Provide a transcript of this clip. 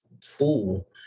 tool